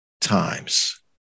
times